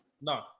no